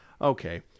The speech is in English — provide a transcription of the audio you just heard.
okay